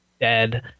dead